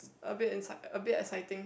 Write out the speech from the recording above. a bit a bit exciting